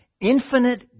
Infinite